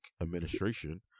administration